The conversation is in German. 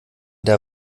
der